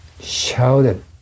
shouted